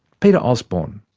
peter osborne.